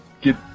get